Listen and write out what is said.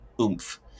oomph